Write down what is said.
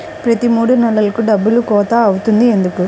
ప్రతి మూడు నెలలకు డబ్బులు కోత అవుతుంది ఎందుకు?